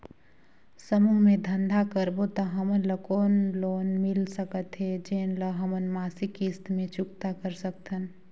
समूह मे धंधा करबो त हमन ल कौन लोन मिल सकत हे, जेन ल हमन मासिक किस्त मे चुकता कर सकथन?